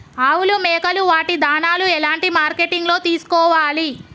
ఆవులు మేకలు వాటి దాణాలు ఎలాంటి మార్కెటింగ్ లో తీసుకోవాలి?